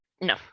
no